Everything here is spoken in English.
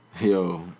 yo